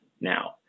now